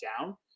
down